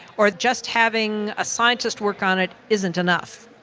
or just having a scientist work on it isn't enough.